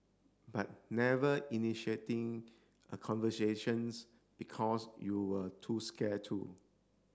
but never initiating a conversations because you were too scared to